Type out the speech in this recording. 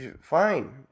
fine